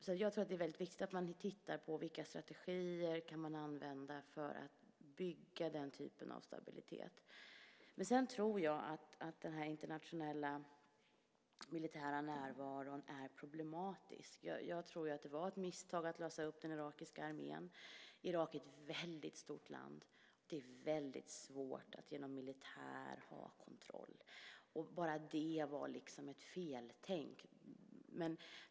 Jag tror alltså att det är viktigt att titta på vilka strategier som kan användas för att bygga upp den typen av stabilitet. Jag tror vidare att den internationella närvaron är problematisk. Det var ett misstag att lösa upp den irakiska armén. Irak är ett stort land, och det är svårt att ha kontroll genom militären. Det var ett feltänk.